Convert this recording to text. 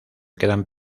quedan